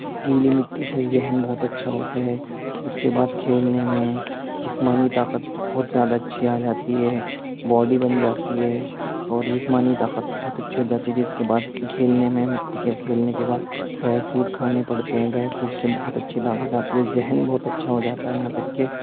گیلی مٹی سے ذہن بہت اچھا ہوتا ہے اس کے بعد کھیلنے میں جسمانی طاقت بہت زیادہ اچھی آ جاتی ہے باڈی بن جاتی ہے اور جسمانی طاقت بہت اچھی ہو جاتی ہے جس کے بعد کھیلنے میں مٹی کے کھیلنے کے بعد ڈرائی فروٹ کھانے پڑتے ہیں ڈرائی فروٹ سے بہت اچھی طاقت آتی ہے ذہن بہت اچھا ہو جاتا ہے یہاں تک کہ